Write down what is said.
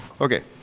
okay